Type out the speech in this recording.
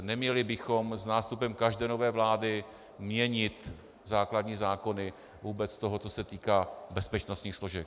Neměli bychom s nástupem každé nové vlády měnit základní zákony vůbec toho, co se týká bezpečnostních složek.